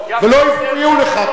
ולא הפריעו לך.